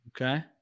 Okay